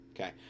okay